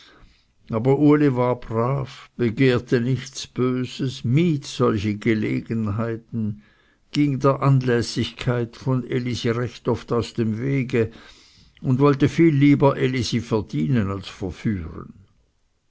aber uli war brav begehrte nichts böses mied solche gelegenheiten ging der anlässigkeit von elisi recht oft aus dem wege wollte viel lieber elisi verdienen als verführen